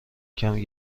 کمی